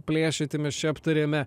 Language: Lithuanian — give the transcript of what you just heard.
plėšyti mes čia aptarėme